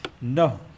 No